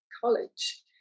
college